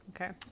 Okay